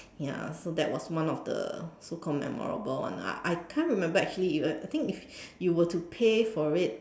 ya so that was one of the so called memorable one lah I can't remember actually if you were to pay for it